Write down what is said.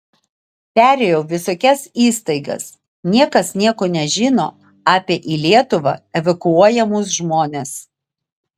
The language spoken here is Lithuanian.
perėjau visokias įstaigas niekas nieko nežino apie į lietuvą evakuojamus žmones